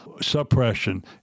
suppression